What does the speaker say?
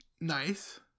nice